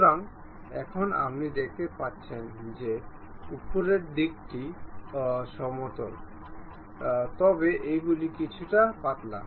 সুতরাং এর জন্য আমরা এই দুটির প্লেন স্লট এবং পিনকে একে অপরের মধ্যে সারিবদ্ধ করতে পারি